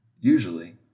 Usually